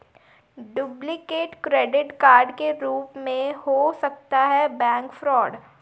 duplicate credit card के रूप में हो सकता है बैंक फ्रॉड